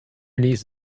niece